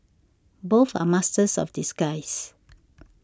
both are masters of disguise